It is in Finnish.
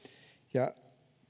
ja